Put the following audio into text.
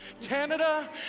Canada